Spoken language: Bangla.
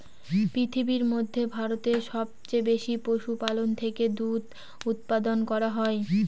পৃথিবীর মধ্যে ভারতে সবচেয়ে বেশি পশুপালন থেকে দুধ উপাদান করা হয়